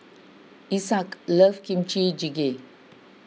Isaak loves Kimchi Jjigae